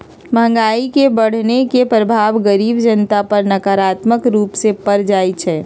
महंगाई के बढ़ने के प्रभाव गरीब जनता पर नकारात्मक रूप से पर जाइ छइ